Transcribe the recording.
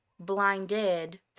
Blinded